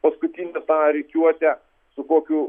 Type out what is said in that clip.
paskutinę tą rikiuotę su kokiu